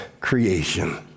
creation